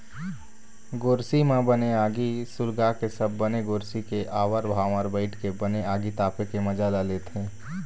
गोरसी म बने आगी सुलगाके सब बने गोरसी के आवर भावर बइठ के बने आगी तापे के मजा ल लेथे